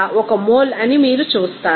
00 mole అని మీరు చూస్తారు